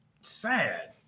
sad